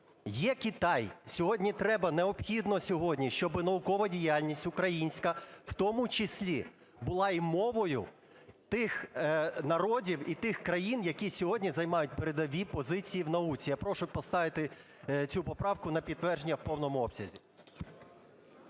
Є Китай. Сьогодні треба, необхідно сьогодні, щоб наукова діяльність українська, в тому числі була і мовою тих народів і тих країн, які сьогодні займають передові позиції в науці. Я прошу поставити цю поправку на підтвердження в повному обсязі.